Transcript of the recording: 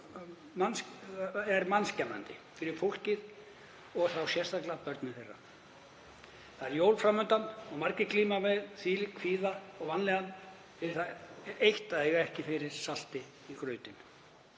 er mannskemmandi fyrir fólkið og þá sérstaklega börnin þeirra. Það eru jól fram undan og margir glíma þvílíkan kvíða og vanlíðan fyrir það eitt að eiga ekki fyrir salti í grautinn.